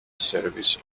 service